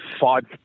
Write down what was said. five